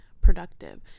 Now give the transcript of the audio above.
productive